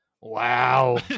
Wow